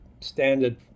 standard